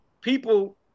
people